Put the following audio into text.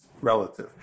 relative